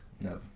No